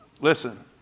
Listen